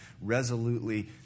resolutely